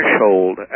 threshold